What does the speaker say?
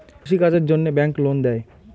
কৃষি কাজের জন্যে ব্যাংক লোন দেয়?